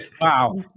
wow